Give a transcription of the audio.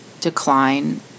decline